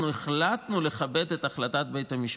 אנחנו החלטנו לכבד את החלטת בית המשפט?